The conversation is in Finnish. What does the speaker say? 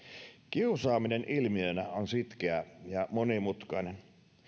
kiusaaminen ilmiönä on sitkeä ja monimutkainen